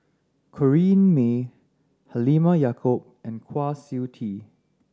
Corrinne May Halimah Yacob and Kwa Siew Tee